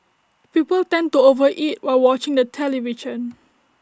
people tend to over eat while watching the television